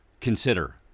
consider